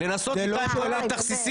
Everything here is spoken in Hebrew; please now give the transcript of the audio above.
לנסות את כל התכסיסים,